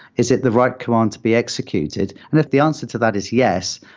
is it the right command to be executed? and if the answer to that is yes,